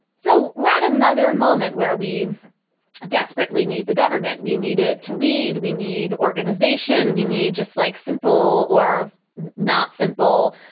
so read another moment where we desperately need the government. we needed to lead. we need organization we need just like simple or not simple,